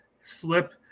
slip